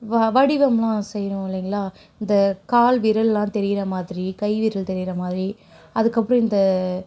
வடிவமெலாம் செய்வோம் இல்லைங்களா இந்த கால் விரலெல்லாம் தெரிகிற மாதிரி கைவிரல் தெரிகிற மாதிரி அதுக்கப்புறம் இந்த